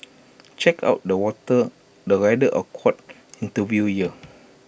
check out the water the rather awkward interview here